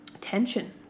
tension